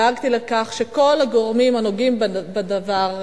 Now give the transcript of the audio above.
דאגתי לכך שכל הגורמים הנוגעים בדבר,